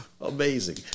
Amazing